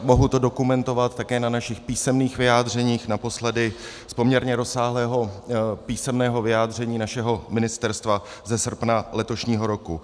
Mohu to dokumentovat také na našich písemných vyjádřeních, naposledy z poměrně rozsáhlého písemného vyjádření našeho ministerstva ze srpna letošního roku.